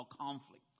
conflict